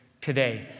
today